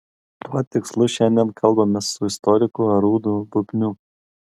tuo tikslu šiandien kalbamės su istoriku arūnu bubniu